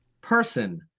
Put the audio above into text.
person